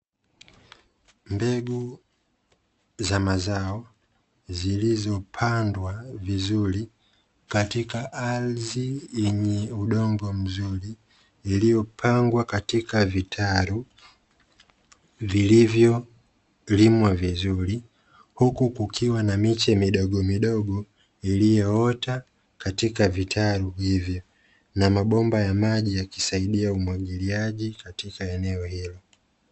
Mbegu za mazao zilizo pandwa vizuri katika ardhi yenye udongo mzuri, iliyopangwa katika vitalu vilivyolimwa vizuri huku kukiwa na miche midogo midogo iliyoota katika vitalu hivyo na mabomba ya maji yakisaidia umwagiliaji katika eneo hilo.